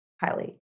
highly